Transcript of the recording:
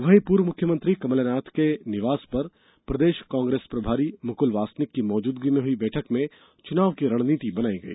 वहीं पूर्व मुख्यमंत्री कमलनाथ के निवास पर प्रदेश कांग्रेस प्रभारी मुकुल वासनिक की मौजूदगी में हुई बैठक में चुनाव की रणनीति बनाई गई